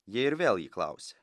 jie ir vėl jį klausia